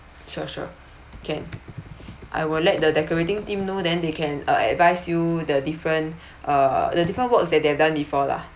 sure sure can I will let the decorating theme know then they can uh advise you the different uh the different works that they've done before lah